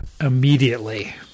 immediately